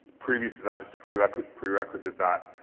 previous to that, just a prerequisite prerequisite that,